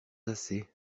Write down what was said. assez